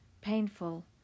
painful